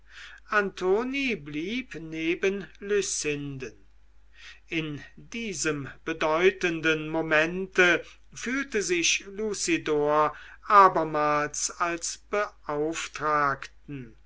antoni blieb neben lucinden in diesem bedeutenden momente fühlte sich lucidor abermals als beauftragten